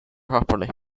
properly